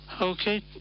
Okay